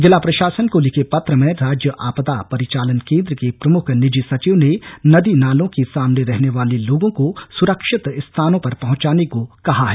जिला प्रशासन को लिखे पत्र में राज्य आपदा परिचालन केंद्र के प्रमुख निजी सचिव ने नदी नालों के सामने रहने वाले लोगों को सुरक्षित स्थानों पर पहुंचाने को कहा है